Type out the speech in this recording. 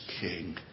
King